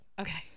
okay